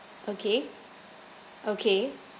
okay okay